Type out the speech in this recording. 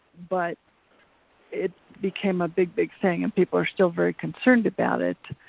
but it became a big, big thing and people are still very concerned about it.